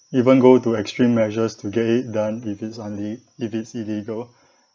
even go to extreme measures to get it done if it's unle~ if it's illegal